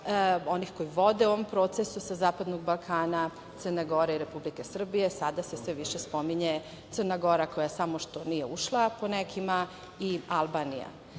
onih koji vode u ovom procesu sa zapadnog Balkana, Crna Gora i Republika Srbija sada se sve više spominje. Crna Gora koja samo što nije ušla, po nekima i Albanija. Da